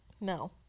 No